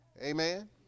Amen